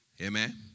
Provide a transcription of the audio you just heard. Amen